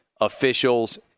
officials